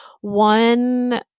one